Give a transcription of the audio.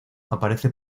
aparece